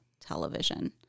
television